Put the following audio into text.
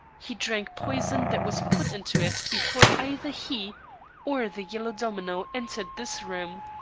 he drank poison that was put into it before either he or the yellow domino entered this room.